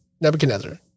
Nebuchadnezzar